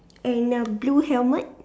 and a blue helmet